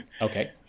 Okay